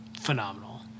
phenomenal